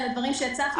אלה דברים שהצפנו.